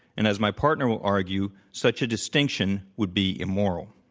and as my partner will argue, such a distinction would be immoral.